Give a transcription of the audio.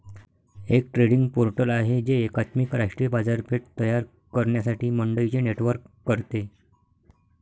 एक trading portal आहे जे एकात्मिक राष्ट्रीय बाजारपेठ तयार करण्यासाठी मंडईंचे नेटवर्क करते